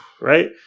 Right